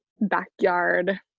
backyard